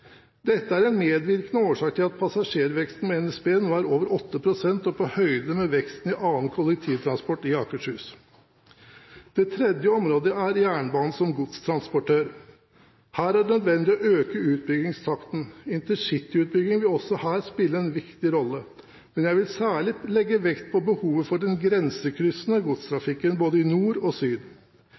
Dette er en medvirkende årsak til at passasjerveksten hos NSB nå er på over 8 pst. og på høyde med veksten i annen kollektivtransport i Akershus. Det tredje området er jernbane som godstransportør. Her er det nødvendig å øke utbyggingstakten. Intercityutbyggingen vil også her spille en viktig rolle. Men jeg vil særlig legge vekt på behovet for den grensekryssende godstrafikken, både i nord og i syd.